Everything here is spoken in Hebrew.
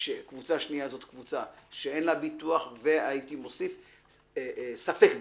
קבוצה שנייה זה מי שאין להם ביטוח וגם מי שיש להם ספק ביטוח,